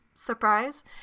surprise